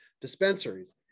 dispensaries